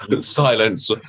Silence